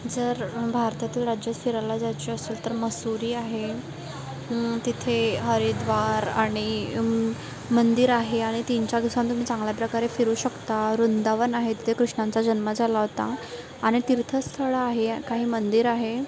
जर भारतातील राज्यात फिरायला जायचं असेल तर मसुरी आहे तिथे हरिद्वार आणि मंदिर आहे आणि तीन चार दिवसांत तुम्ही चांगल्या प्रकारे फिरू शकता वृंदावन आहे तिथे कृष्णांचा जन्म झाला होता आणि तीर्थस्थळ आहे काही मंदिर आहे